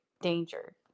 danger